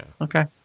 Okay